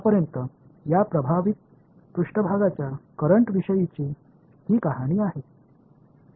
எனவே இந்த ஈர்க்கப்பட்ட மேற்பரப்பு மின்னூட்டங்களை பற்றிய இதுவரை நடந்த கதை இதுதான்